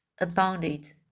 abounded